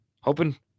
hoping